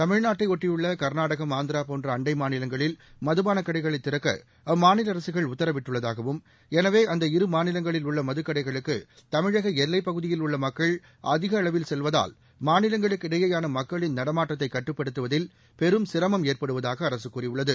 தமிழ்நாட்டையொட்டியுள்ள கள்நாடகம் ஆந்திரா போன்ற அண்டை மாநிலங்களில் மதுபானக் கடைகளை திறக்க அம்மாநில அரசுகள் உத்தரவிட்டுள்ளதாகவும் எனவே அந்த இரு மாநிலங்களில் உள்ள மதுக்கடைகளுக்கு தமிழக எல்லைப் பகுதியில் உள்ள மக்கள் அதிகளவில் செல்வதால் மாநிலங்களுக்கிடையேயான மக்களின் நடமாட்டத்தை கட்டுப்படுத்துவதில் பெரும் சிரமம் ஏற்படுவதாக அரசு கூறியுள்ளது